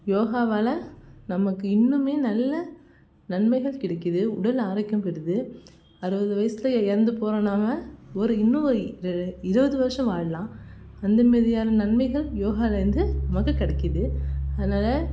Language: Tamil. யோகாவால் நமக்கு இன்னும் நல்ல நன்மைகள் கிடைக்குது உடல் ஆரோக்கியம் பெறுது அறுபது வயசுலேயே இறந்து போகிற நாம் ஒரு இன்னும் இருபது வருசம் வாழலாம் அந்த மாதிரியான நன்மைகள் யோகலேருந்து நமக்கு கிடைக்கிது அதனால